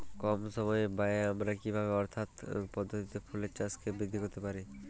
কম সময় ব্যায়ে আমরা কি ভাবে অর্থাৎ কোন পদ্ধতিতে ফুলের চাষকে বৃদ্ধি করতে পারি?